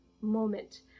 moment